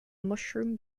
mushroom